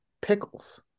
pickles